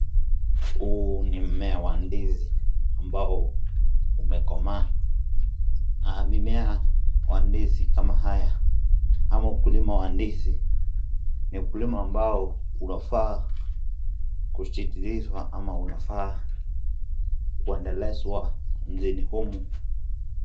Huu ni mmea wa ndizi ambao umekomaa. Mimea wa ndizi kama haya ama ukulima wa ndizi ni ukulima ambao unafaa kuzikilizwa ama unafaa kuendelezwa nchini humu.